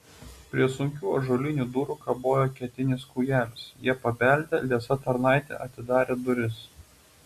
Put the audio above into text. prie sunkių ąžuolinių durų kabojo ketinis kūjelis jie pabeldė liesa tarnaitė atidarė duris